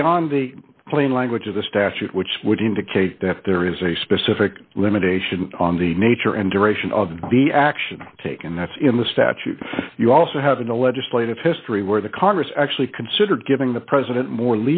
beyond the plain language of the statute which would indicate that there is a specific limitation on the nature and duration of the action taken that's in the statute you also have in the legislative history where the congress actually considered giving the president more